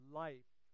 life